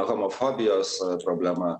homofobijos problema